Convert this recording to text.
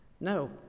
No